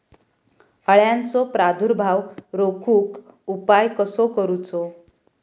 अळ्यांचो प्रादुर्भाव रोखुक उपाय कसो करूचो?